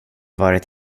varit